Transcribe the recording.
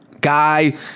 Guy